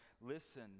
listen